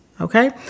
Okay